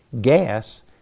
gas